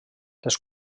les